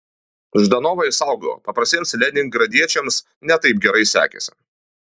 ždanovą išsaugojo paprastiems leningradiečiams ne taip gerai sekėsi